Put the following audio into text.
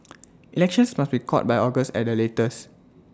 elections must be called by August at the latest